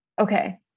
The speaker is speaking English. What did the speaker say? Okay